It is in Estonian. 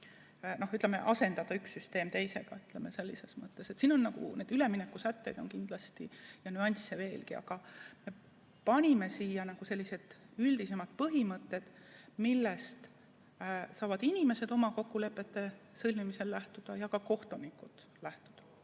ütleme, asendada üks süsteem teisega sellises mõttes. Siin on neid üleminekusätteid ja -nüansse veelgi, aga panime siia sellised üldisemad põhimõtted, millest saavad inimesed kokkulepete sõlmimisel ja ka kohtunikud lähtuda.